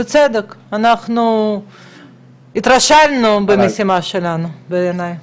אנחנו התרשלנו במשימה שלנו, בעיניי.